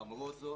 ולמרות זאת,